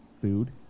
food